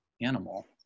animal